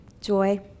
joy